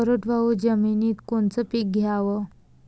कोरडवाहू जमिनीत कोनचं पीक घ्याव?